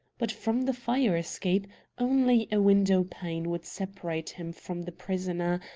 but from the fire-escape only a window-pane would separate him from the prisoner,